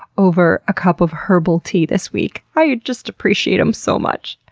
over a cup of herbal tea this week. i just appreciate em so much!